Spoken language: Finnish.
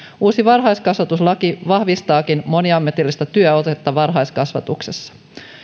uusi varhaiskasvatuslaki vahvistaakin moniammatillista työotetta varhaiskasvatuksessa